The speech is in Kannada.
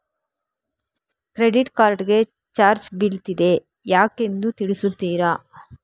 ಕ್ರೆಡಿಟ್ ಕಾರ್ಡ್ ಗೆ ಚಾರ್ಜ್ ಬೀಳ್ತಿದೆ ಯಾಕೆಂದು ತಿಳಿಸುತ್ತೀರಾ?